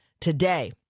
today